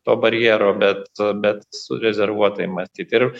to barjero bet e bet su rezervuotai matyt ir